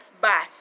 Bye